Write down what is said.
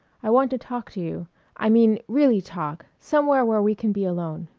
i want to talk to you i mean really talk, somewhere where we can be alone.